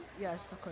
Yes